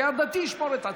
כי הדתי ישמור את עצמו.